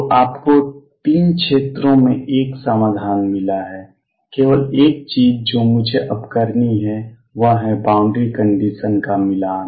तो आपको तीन क्षेत्रों में एक समाधान मिला है केवल एक चीज जो मुझे अब करनी है वह है बाउंड्री कंडीशंस का मिलान